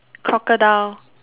crocodile